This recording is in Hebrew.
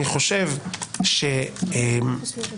אני חושב- - מה פירוש?